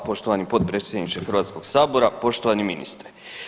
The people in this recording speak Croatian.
Hvala poštovani potpredsjedniče Hrvatskoga sabora, poštovani ministre.